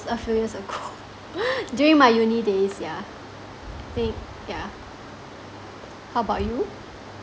I think it was a few years ago during my uni days yeah I think yeah how about you